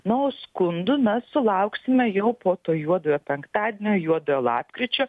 na o skundų mes sulauksime jau po to juodojo penktadienio juodojo lapkričio